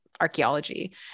archaeology